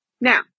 Now